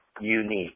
unique